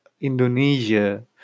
Indonesia